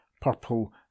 purple